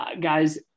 guys